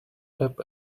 tap